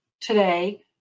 today